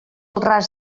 ras